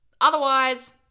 Otherwise